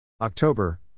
October